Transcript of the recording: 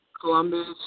Columbus